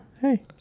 hey